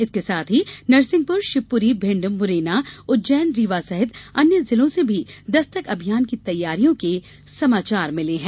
इसके साथ नरसिंहपुर शिवपुरी भिंड मुरैना उज्जैन रीवा सहित अन्य जिलों से भी दस्तक अभियान की तैयारियों के समाचार मिले हैं